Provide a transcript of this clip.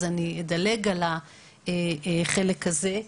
אז אני אדלג על החלק הזה,